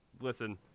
listen